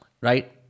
right